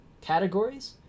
categories